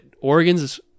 Oregon's